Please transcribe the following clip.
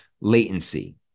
latency